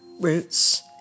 roots